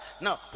no